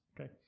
Okay